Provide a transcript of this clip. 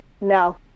no